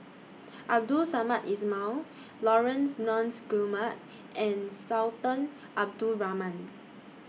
Abdul Samad Ismail Laurence Nunns Guillemard and Sultan Abdul Rahman